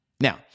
Now